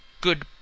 good